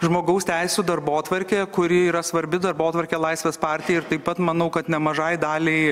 žmogaus teisių darbotvarkė kuri yra svarbi darbotvarkė laisvės partijai ir taip pat manau kad nemažai daliai